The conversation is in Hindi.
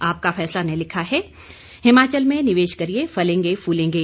आपका फैसला ने लिखा है हिमाचल में निवेश करिए फलेंगे फूलेंगे